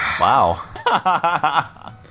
wow